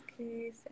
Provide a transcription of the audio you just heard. Okay